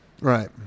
right